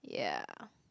ya